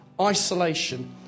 isolation